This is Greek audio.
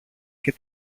και